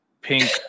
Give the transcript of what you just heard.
pink